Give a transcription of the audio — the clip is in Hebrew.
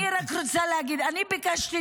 תודה רבה.